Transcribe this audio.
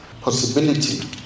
possibility